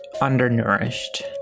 undernourished